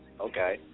okay